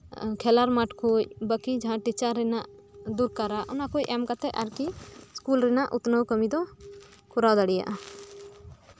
ᱠᱷᱮᱞᱟᱨ ᱢᱟᱴᱷ ᱠᱚ ᱵᱟᱠᱤ ᱡᱟᱸᱦᱟ ᱴᱤᱪᱟᱨ ᱨᱮᱱᱟᱜ ᱫᱚᱨᱠᱟᱨᱟ ᱚᱱᱟ ᱠᱚ ᱮᱢ ᱠᱟᱛᱮᱜ ᱟᱨᱠᱤ ᱤᱥᱠᱩᱞ ᱨᱮᱱᱟᱜ ᱩᱛᱱᱟᱹᱣ ᱠᱟᱹᱢᱤ ᱠᱚᱨᱟᱣ ᱫᱟᱲᱮᱭᱟᱜᱼᱟ